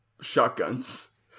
shotguns